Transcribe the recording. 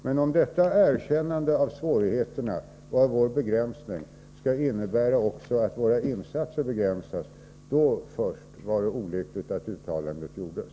Först om detta erkännande av svårigheterna och av vår begränsning skall innebära att våra insatser också begränsas var det olyckligt att uttalandet gjordes.